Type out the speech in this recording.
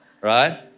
right